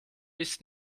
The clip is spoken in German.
ist